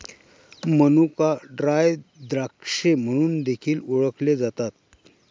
मनुका ड्राय द्राक्षे म्हणून देखील ओळखले जातात